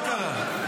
מה קרה?